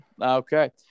Okay